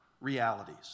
realities